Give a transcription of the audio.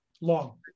long